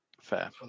fair